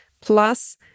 plus